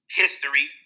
history